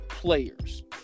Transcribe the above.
Players